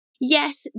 Yes